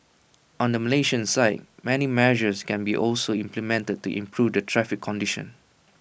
on the Malaysian side many measures can be also implemented to improve the traffic conditions